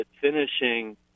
finishing –